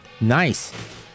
nice